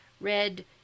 red